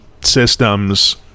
systems